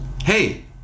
hey